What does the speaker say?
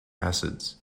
acids